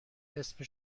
اسم